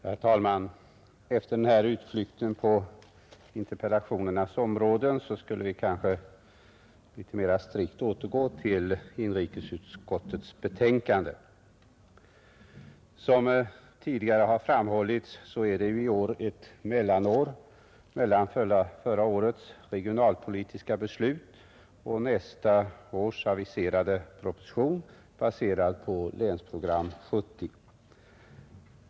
Herr talman! Efter den här utflykten på interpellationernas område skulle vi kanske litet mera strikt återgå till inrikesutskottets betänkande. Som tidigare framhållits är det i år ett mellanår mellan förra årets regionalpolitiska beslut och nästa års aviserade proposition, baserad på Länsprogram 1970.